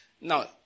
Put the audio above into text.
Now